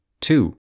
Two